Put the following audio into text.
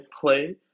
Play